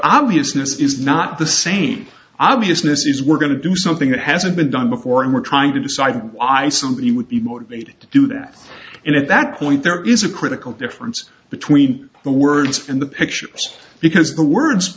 obviousness is not the same obviousness as we're going to do something that hasn't been done before and we're trying to decide why somebody would be motivated to do that and at that point there is a critical difference between the words and the pictures because the words